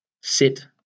sit